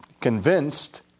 Convinced